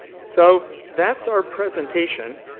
so that's our presentation.